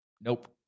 Nope